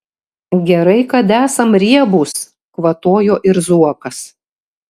gerai kad esam riebūs kvatojo ir zuokas